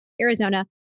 Arizona